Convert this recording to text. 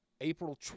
April